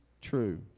true